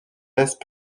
laissent